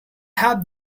have